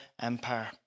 empire